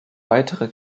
weitere